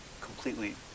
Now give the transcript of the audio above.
completely